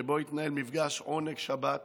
שבו התנהל מפגש עונג שבת